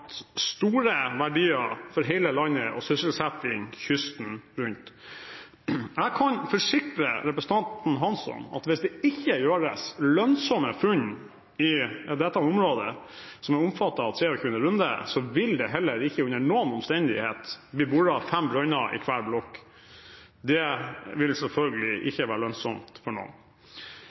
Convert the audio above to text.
store verdier for hele landet og sysselsetting langs hele kysten. Jeg kan forsikre representanten Hansson om at hvis det ikke gjøres lønnsomme funn i dette området som er omfattet av 23. konsesjonsrunde, vil det heller ikke, under noen omstendighet, bli boret fem brønner i hver blokk. Det vil selvfølgelig ikke være lønnsomt for